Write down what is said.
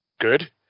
good